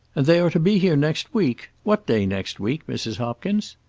and they are to be here next week. what day next week, mrs. hopkins?